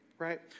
right